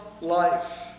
life